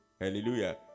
hallelujah